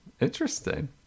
Interesting